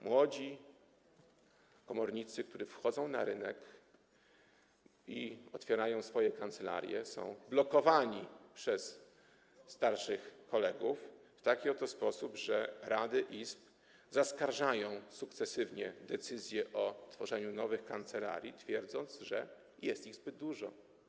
Młodzi komornicy, którzy wchodzą na rynek i otwierają swoje kancelarie, są blokowani przez starszych kolegów w taki oto sposób, że rady izb zaskarżają sukcesywnie decyzje o tworzeniu nowych kancelarii, twierdząc, że jest ich zbyt dużo.